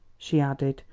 she added,